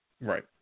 Right